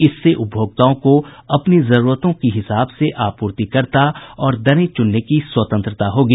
इससे उपभोक्ताओं को अपनी जरूरतों की हिसाब से आपूर्तिकर्ता और दरें चुनने की स्वतंत्रता होगी